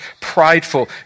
prideful